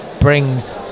brings